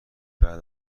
بعد